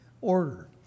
Order